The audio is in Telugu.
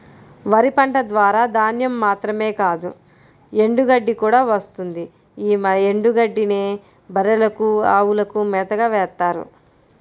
వరి పంట ద్వారా ధాన్యం మాత్రమే కాదు ఎండుగడ్డి కూడా వస్తుంది యీ ఎండుగడ్డినే బర్రెలకు, అవులకు మేతగా వేత్తారు